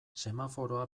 semaforoa